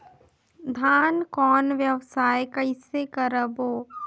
धान कौन व्यवसाय कइसे करबो?